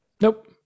nope